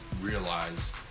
realize